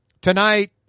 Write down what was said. Tonight